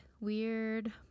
Weird